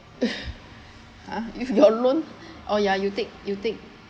ha if your loan or ya you take you take